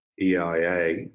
EIA